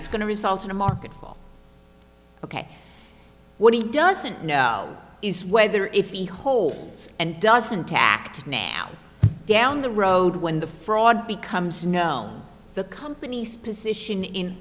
it's going to result in a market fall ok what he doesn't know is whether if he holds and doesn't tact now down the road when the fraud becomes known the company's position in